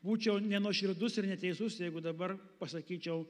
būčiau nenuoširdus ir neteisus jeigu dabar pasakyčiau